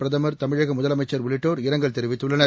பிரதமர் தமிழகமுதலமைச்சர் உள்ளிட்டோர் இரங்கல் தெரிவித்துள்ளனர்